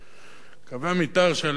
קווי המיתאר שעליהם היא נבנתה,